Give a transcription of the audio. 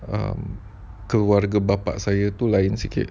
um keluarga bapa saya tu lain sikit